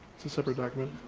it's a separate document.